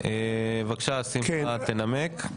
בבקשה שמחה תנמק.